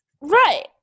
right